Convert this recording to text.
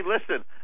listen